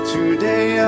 Today